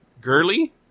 Girly